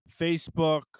Facebook